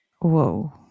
whoa